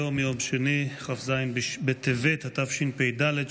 היום יום שני כ"ז בטבת התשפ"ד,